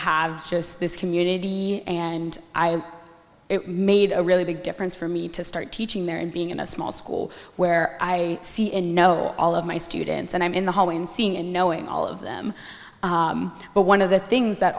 have just this community and i have made a really big difference for me to start teaching there and being in a small school where i see and know all of my students and i'm in the hallway and seeing and knowing all of them but one of the things that